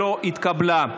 לא התקבלה.